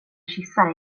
kyssa